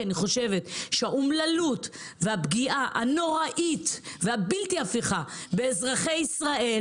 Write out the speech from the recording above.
אני חושבת שהאומללות והפגיעה הנוראית והבלתי הפיכה באזרחי ישראל,